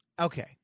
Okay